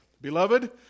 Beloved